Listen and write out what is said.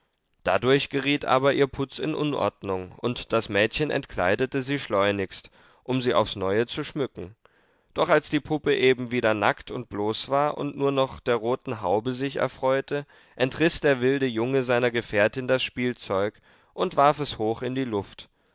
dadurch geriet aber ihr putz in unordnung und das mädchen entkleidete sie schleunigst um sie aufs neue zu schmücken doch als die puppe eben wieder nackt und bloß war und nur noch der roten haube sich erfreute entriß der wilde junge seiner gefährtin das spielzeug und warf es hoch in die luft